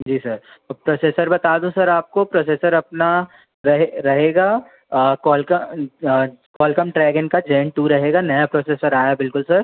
जी sir ओ processor बता दूँ सर आपको प्रोसेसर अपना रहे रहेगा कोल्का कोल्कम ड्रैगन का जैन टू रहेगा नया प्रोसेसर आया है बिल्कुल सर